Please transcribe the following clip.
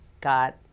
got